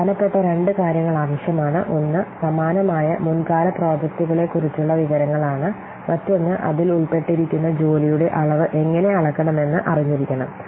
പ്രധാനപ്പെട്ട രണ്ട് കാര്യങ്ങൾ ആവശ്യമാണ് ഒന്ന് സമാനമായ മുൻകാല പ്രോജക്റ്റുകളെക്കുറിച്ചുള്ള വിവരങ്ങളാണ് മറ്റൊന്ന് അതിൽ ഉൾപ്പെട്ടിരിക്കുന്ന ജോലിയുടെ അളവ് എങ്ങനെ അളക്കണമെന്ന് അറിഞ്ഞിരിക്കണം